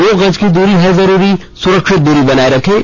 दो गज की दूरी है जरूरी सुरक्षित दूरी बनाए रखें